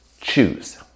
choose